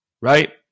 right